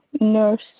nurse